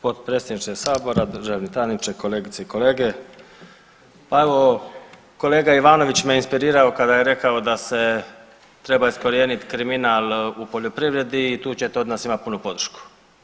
Potpredsjedniče sabora, državni tajniče, kolegice i kolege, pa evo kolega Ivanović me je inspirirao kada je rekao da se treba iskorijeniti kriminal u poljoprivredi i tu ćete od nas imati punu podršku.